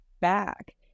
back